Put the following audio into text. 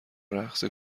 رقص